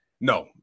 no